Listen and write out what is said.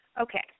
Okay